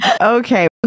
Okay